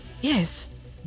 yes